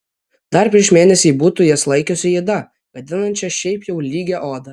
dar prieš mėnesį ji būtų jas laikiusi yda gadinančia šiaip jau lygią odą